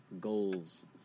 goals